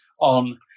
on